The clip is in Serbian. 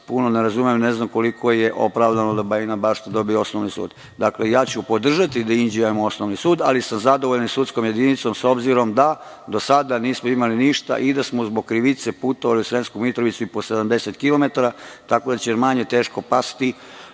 puno ne razumem, ne znam koliko je opravdano da Bajina Bašta dobije osnovni sud. Dakle, ja ću podržati da Inđija ima osnovni sud, ali sam zadovoljnom sudskom jedinicom, obzirom da do sada nismo imali ništa i da smo zbog krivice putovali u Sremsku Mitrovicu i po 70 kilometara, tako da će nam manje teško pasti